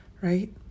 right